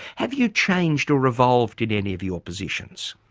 have you changed or evolved in any of your positions?